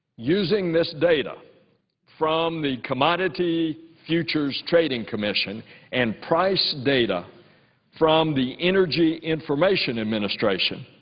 using this data from the commodity futures trading commission and price data from the energy information administration,